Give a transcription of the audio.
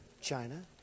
China